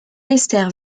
esther